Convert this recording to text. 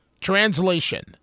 Translation